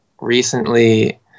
recently